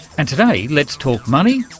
and today let's talk money,